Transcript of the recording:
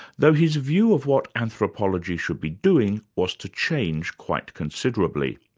though his view of what anthropology should be doing was to change quite considerably.